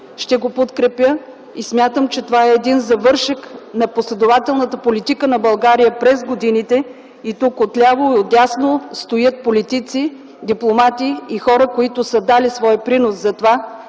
ще го подкрепя и смятам, че това е един завършек на последователната политика на България през годините. Тук отляво и отдясно стоят политици, дипломати, и хора, които са дали своя принос за това,